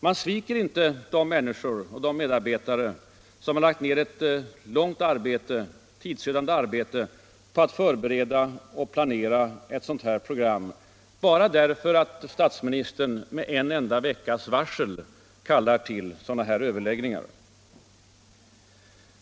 Man sviker inte de medarbetare som har lagt ner ett tidsödande arbete på att förbereda och planera ett sådant program bara därför att statsministern med en enda veckas varsel behagar kalla till överläggningar.